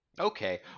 Okay